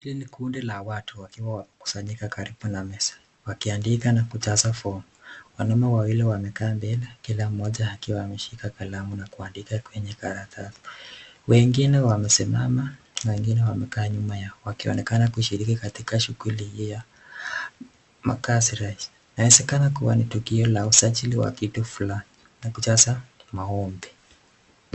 Hii ni kundi la watu wakiwa wamekusanyika karibu na meza, wakiandika na kujaza fomu. Wanaume wawili wamekaa mbele kila moja akiwa ameshika kalamu na kuandika kwenye karatasi. Wengine wamesimama na wengine wamekaa nyuma yao wakionekana kushiriki katika shughuli hii ya makazi . inawezekana kuwa ni tukio la usajili wa kitu fulani na kujaza maombi.